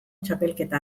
txapelketa